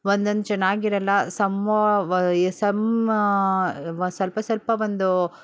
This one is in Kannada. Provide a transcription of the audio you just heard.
ಒಂದೊಂದು ಚೆನ್ನಾಗಿರಲ್ಲ ಸಮ್ ಸಮ್ ಸ್ವಲ್ಪ ಸ್ವಲ್ಪ ಒಂದು